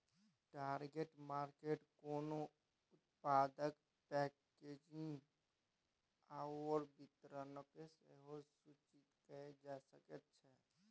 target market कोनो उत्पादक packaging आओर वितरणकेँ सेहो सूचित कए सकैत छै